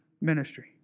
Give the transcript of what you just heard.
ministry